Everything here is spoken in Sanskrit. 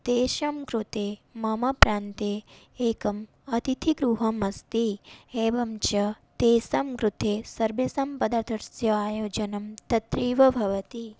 तेषां कृते मम प्रान्ते एकम् अतिथिगृहमस्ति एवं च तेषां कृते सर्वेषां पदार्थस्य आयोजनं तत्रैव भवति